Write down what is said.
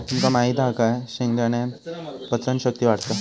तुमका माहित हा काय शेंगदाण्यान पचन शक्ती वाढता